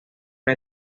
una